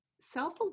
self